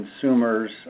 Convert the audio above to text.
consumers